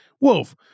Wolf